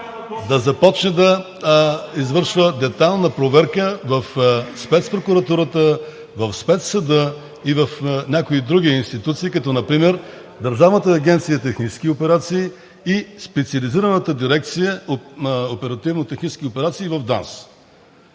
да започне да извършва детайлна проверка в Спецпрокуратурата, в Спецсъда и в някои други институции, като например Държавната агенция „Технически операции“ и Специализираната дирекция „Оперативно-технически операции“ в ДАНС.